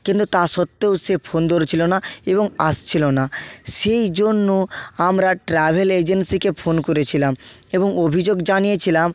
কিন্তু তা সত্ত্বেও সে ফোন ধরছিলো না এবং আসছিলো না সেই জন্য আমরা ট্রাভেল এজেন্সিকে ফোন করেছিলাম এবং অভিযোগ জানিয়েছিলাম